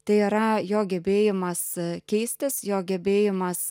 tai yra jo gebėjimas keistis jo gebėjimas